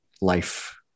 life